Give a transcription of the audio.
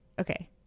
okay